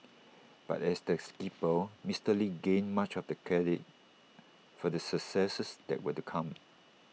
but as the skipper Mister lee gained much of the credit for the successes that were to come